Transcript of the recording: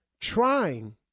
trying